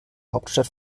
hauptstadt